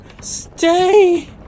Stay